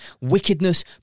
wickedness